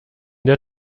der